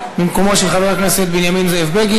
במקומו של חבר הכנסת זאב בנימין בגין,